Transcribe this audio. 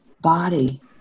body